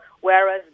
whereas